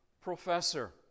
professor